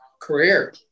Career